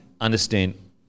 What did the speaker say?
understand